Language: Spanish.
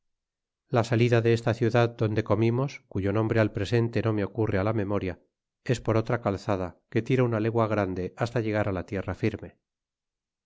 la sali da de esta ciudad donde comimos cuyo nombre al presente no me ocurre á la memoria es por otra calzada que tira una le gua grande hasta llegar á la tierra firme